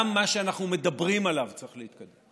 גם מה שאנחנו מדברים עליו צריך להתקדם.